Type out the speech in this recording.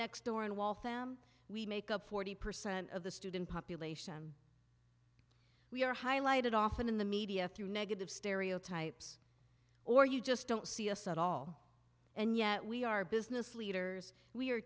next door in waltham we make up forty percent of the student population we are highlighted often in the media through negative stereotypes or you just don't see us at all and yet we are business leaders we are